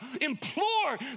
implore